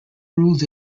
ruled